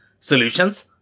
Solutions